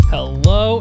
Hello